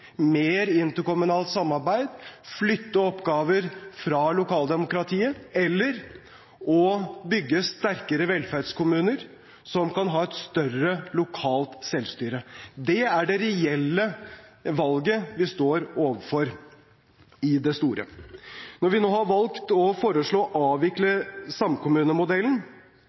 mer interkommunalt samarbeid, flytte oppgaver fra lokaldemokratiet eller å bygge sterkere velferdskommuner som kan ha et større lokalt selvstyre. Det er det reelle valget vi står overfor i det store. Når vi nå har valgt å foreslå å avvikle samkommunemodellen,